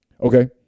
okay